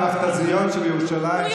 במכת"זיות שבירושלים,